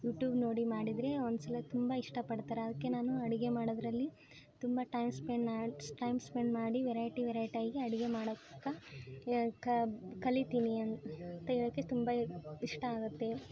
YouTube ನೋಡಿ ಮಾಡಿದರೆ ಒಂದು ಸಲ ತುಂಬ ಇಷ್ಟಪಡ್ತಾರ ಅದಕ್ಕೆ ನಾನು ಅಡುಗೆ ಮಾಡೋದ್ರಲ್ಲಿ ತುಂಬ ಟೈಮ್ ಸ್ಪೆನ್ನಾ ಟೈಮ್ ಸ್ಪೆಂಡ್ ಮಾಡಿ ವೆರೈಟಿ ವೆರೈಟಿ ಆಗಿ ಅಡುಗೆ ಮಾಡೋಕ್ಕೆ ಯ ಕ ಕಲೀತೀನಿ ಅಂತ ಹೇಳಕ್ಕೆ ತುಂಬ ಇಷ್ಟ ಆಗುತ್ತೆ